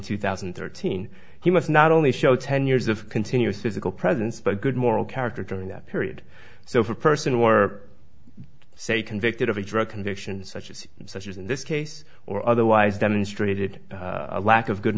two thousand and thirteen he must not only show ten years of continuous physical presence but good moral character during that period so if a person were say convicted of a drug conviction such as such as in this case or otherwise demonstrated a lack of good